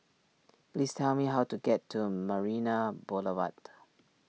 please tell me how to get to a Marina Boulevard